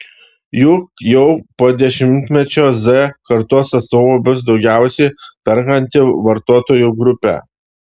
juk jau po dešimtmečio z kartos atstovai bus daugiausiai perkanti vartotojų grupė